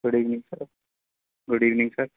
good evening sir good evening sir